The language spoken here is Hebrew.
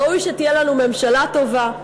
ראוי שתהיה לנו ממשלה טובה,